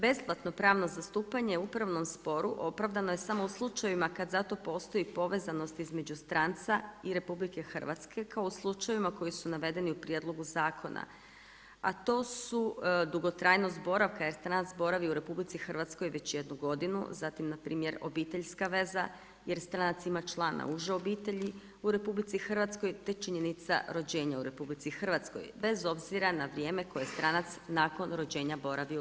Besplatno pravno zastupanje u upravnom sporu opravdano je samo u slučajevima kad za to postoji povezanost između stranca i RH, kao u slučajevima koji su navedeni u prijedlogu zakona, a to su dugotrajnost boravka jer stranac boravi u RH već jednu godinu, zatim npr. obiteljska veza jer stranac ima člana uže obitelji u RH, te činjenica rođenja u RH bez obzira na vrijeme koje stranac nakon rođenja boravi u RH.